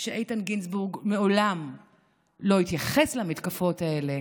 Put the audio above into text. שאיתן גינזבורג מעולם לא התייחס למתקפות האלה,